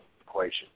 equation